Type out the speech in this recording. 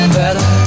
better